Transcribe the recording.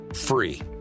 free